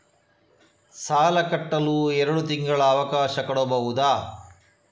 ಸಾಲ ಕಟ್ಟಲು ಎರಡು ತಿಂಗಳ ಅವಕಾಶ ಕೊಡಬಹುದಾ?